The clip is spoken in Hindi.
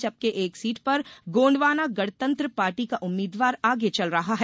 जबकि एक सीट पर गोंडवाना गणतंत्र पार्टी का उम्मीद्वार आगे चल रहा है